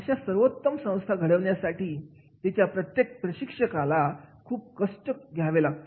एक सर्वोत्तम संस्था घडविण्यासाठी तिच्या प्रशिक्षकाला खूप कष्ट घ्यावे लागतात